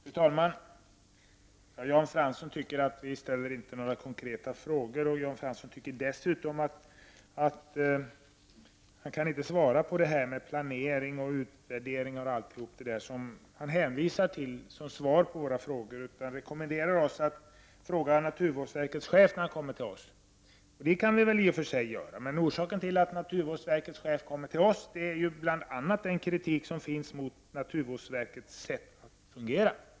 Fru talman! Jan Fransson tycker att vi inte ställer några konkreta frågor. Jan Fransson tycker dessutom att han inte kan svara på frågor om den utvär dering och planering som han hänvisar till som svar på våra frågor utan rekommenderar oss att fråga naturvårdsverkets chef när denne kommer till oss. Det kan vi väl i och för sig göra, men orsaken till att naturvårdsverkets chef kommer till oss är ju bl.a. den kritik som finns mot naturvårdsverkets sätt att fungera.